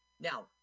Now